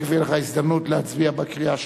תיכף תהיה לך הזדמנות להצביע בקריאה השלישית.